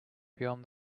beyond